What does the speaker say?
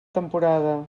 temporada